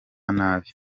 nabi